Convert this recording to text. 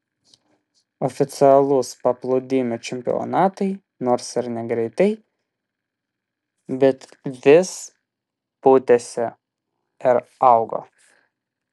oficialūs paplūdimio čempionatai nors ir negreitai bet vis pūtėsi ir augo